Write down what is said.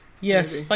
yes